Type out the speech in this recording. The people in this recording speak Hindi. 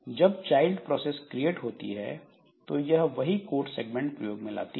जब चाइल्ड प्रोसेस क्रिएट होती है तो यह वही कोड सेगमेंट प्रयोग में लाती है